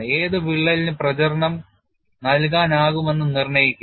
ഏത് വിള്ളലിന് പ്രചരണം നൽകാനാകുമെന്ന് നിർണ്ണയിക്കുക